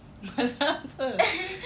[pe]